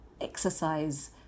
exercise